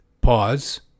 pause